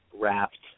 wrapped